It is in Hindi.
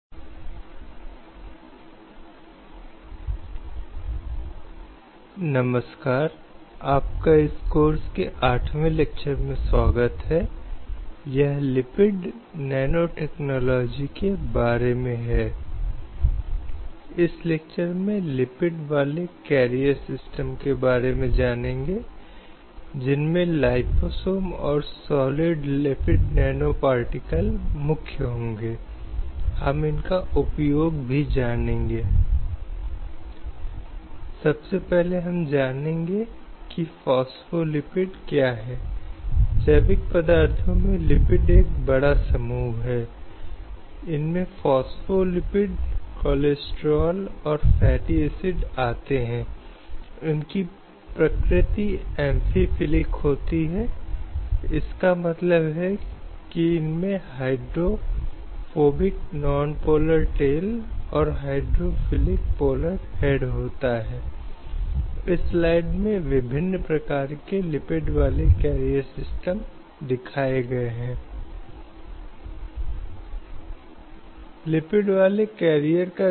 एनपीटीईएल एनपीटीईएल ऑनलाइन प्रमाणन पाठ्यक्रम एनपीटीईएल ऑनलाइन सर्टिफिकेशन कोर्स लैंगिक न्याय एवं कार्यस्थल सुरक्षा पर पाठ्यक्रम course on gender justice and workplace security Prodipa Dubey द्वारा राजीव गांधी बौद्धिक संपदा कानून विद्यालय Rajiv Gandhi school of intellectual property law I I T Kharagpur lecture 08 संवैधानिक परिप्रेक्ष्य कॉन्स्टिट्यूशनल पर्सपेक्टिव्स जारीContd लिंग न्याय और कार्यस्थल सुरक्षा पर पाठ्यक्रम में आपका स्वागत है